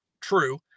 true